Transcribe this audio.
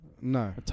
No